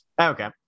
Okay